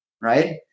Right